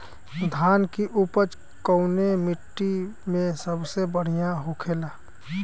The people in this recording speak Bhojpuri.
धान की उपज कवने मिट्टी में सबसे बढ़ियां होखेला?